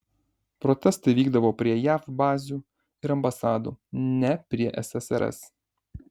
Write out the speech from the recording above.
protestai vykdavo prie jav bazių ir ambasadų ne prie ssrs